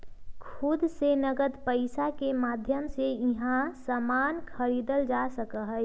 खुद से नकद पैसा के माध्यम से यहां सामान खरीदल जा सका हई